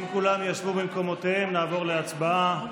אם כולם ישבו במקומותיהם, נעבור להצבעה.